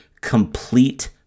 complete